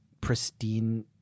pristine